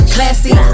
Classy